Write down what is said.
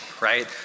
right